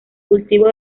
cultivo